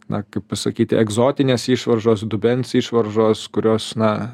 na kaip pasakyti egzotinės išvaržos dubens išvaržos kurios na